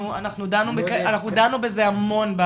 אנחנו דנו בזה המון,